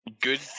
Good